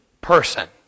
person